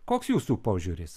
koks jūsų požiūris